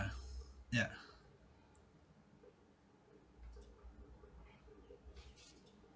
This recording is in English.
ya